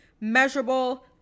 measurable